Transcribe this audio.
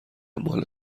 مال